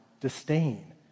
disdain